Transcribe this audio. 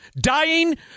dying